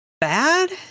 bad